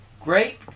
Great